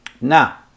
Now